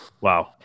wow